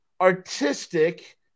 artistic